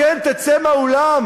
כן, תצא מהאולם.